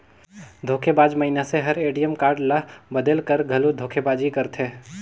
धोखेबाज मइनसे हर ए.टी.एम कारड ल बलेद कर घलो धोखेबाजी करथे